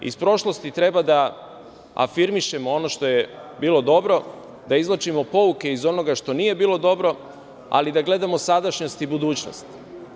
Iz prošlosti treba da afirmišemo ono što je bilo dobro, da izvlačimo pouke iz onoga što nije bilo dobro, ali da gledamo sadašnjost i budućnost.